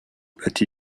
but